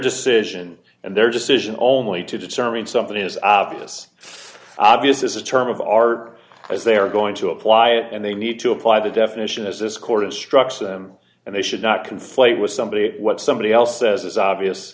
decision and their decision only to determine something is obvious obvious is a term of art because they are going to apply it and they need to apply the definition as this court instructs them and they should not conflate with somebody what somebody else says is obvious